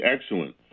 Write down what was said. excellent